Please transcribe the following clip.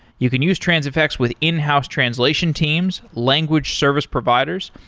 you can use transifex with in-house translation teams, language service providers.